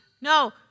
No